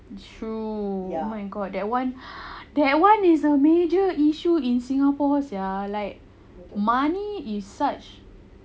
it's true oh my god that [one] that [one] is a major issue in singapore sia like money is such